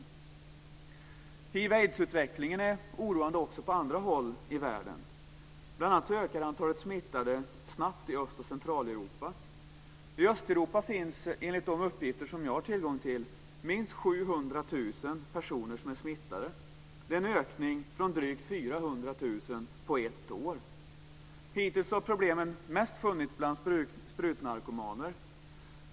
Hiv/aids-utvecklingen är oroande också på andra håll i världen. Bl.a. ökar antalet smittade snabbt i Östoch Centraleuropa. I Östeuropa finns enligt de uppgifter jag har tillgång till minst 700 000 personer som är smittade. Det är en ökning från 400 000 på ett år. Hittills har problemen mest funnits bland sprutnarkomaner.